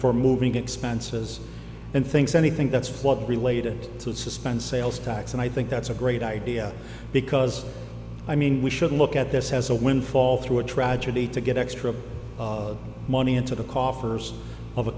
for moving expenses and things anything that's flood related to suspend sales tax and i think that's a great idea because i mean we should look at this as a windfall through a tragedy to get extra money into the coffers of a